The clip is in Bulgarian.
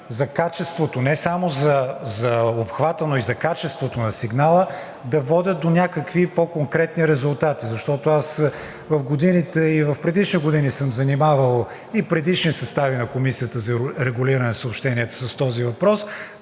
тези проверки не само за обхвата, но и за качеството на сигнала да водят до някакви по конкретни резултати, защото и в предишни години съм занимавал и предишни състави на Комисията за регулиране на съобщенията с този въпрос,